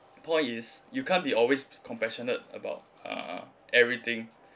point is you can't be always compassionate about uh everything